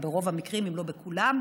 ברוב המקרים אם לא בכולם,